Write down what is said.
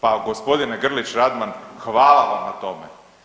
Pa gospodine Grlić Radman hvala vam na tome.